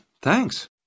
Thanks